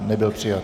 Nebyl přijat.